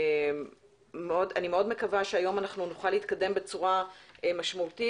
אני מאוד מקווה שהיום אנחנו נוכל להתקדם בצורה משמעותית,